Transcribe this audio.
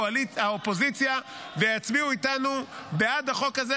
האופוזיציה והם יצביעו איתנו בעד החוק הזה.